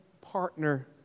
partner